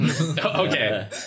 Okay